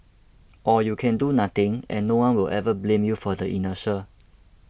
or you can do nothing and no one will ever blame you for the inertia